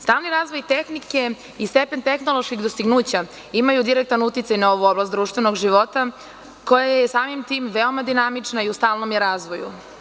Stalni razvoj tehnike i stepen tehnoloških dostignuća imaju direktan uticaj na ovu oblast društvenog života, koja je veoma dinamična i u stalnom je razvoju.